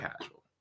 casual